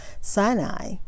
Sinai